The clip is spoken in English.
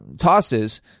tosses